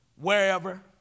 wherever